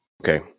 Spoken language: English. Okay